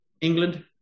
england